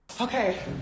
Okay